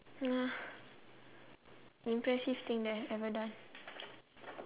uh impressive thing that I've ever done